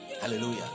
Hallelujah